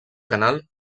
canal